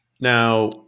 Now